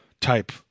type